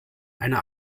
eine